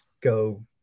go